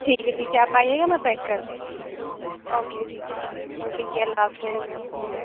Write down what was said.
ٹھیک ہے ٹھیک ہے آپ آئیے گا میں پیک کر دے رہی ہوں اوکے ٹھیک ہے ٹھیک ہے اللہ حافظ